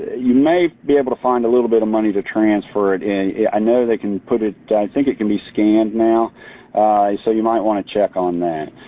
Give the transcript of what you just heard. you may be able to find a little bit of money to transfer it. i know they can put it, i think it can be scanned now so you might want to check on that.